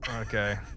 Okay